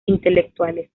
intelectuales